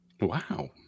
wow